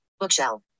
bookshelf